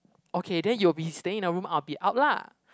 okay then you will be staying in a room I'll be out lah